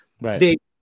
Right